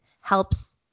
helps